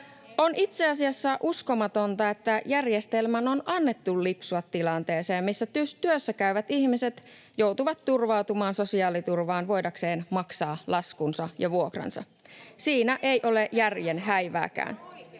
On itse asiassa uskomatonta, että järjestelmän on annettu lipsua tilanteeseen, missä työssäkäyvät ihmiset joutuvat turvautumaan sosiaaliturvaan voidakseen maksaa laskunsa ja vuokransa. Siinä ei ole järjen häivääkään.